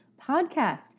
podcast